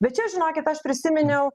bet čia žinokit aš prisiminiau